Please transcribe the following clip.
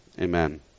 Amen